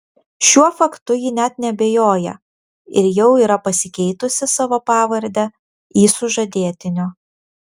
šiuo faktu ji net neabejoja ir jau yra pasikeitusi savo pavardę į sužadėtinio